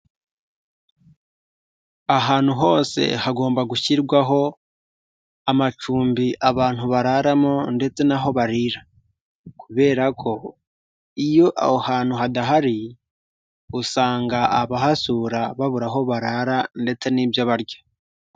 Ahantu hose hagomba gushyirwaho amacumbi abantu bararamo ndetse n'aho barira kubera ko iyo aho hantu hadahari usanga abahasura babura aho barara ndetse n'ibyo barya.